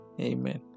Amen